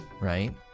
right